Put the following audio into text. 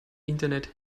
internet